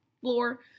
floor